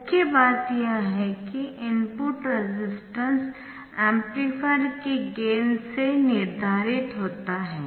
मुख्य बात यह है कि इनपुट रेसिस्टेंस एम्पलीफायर के गेन से निर्धारित होता है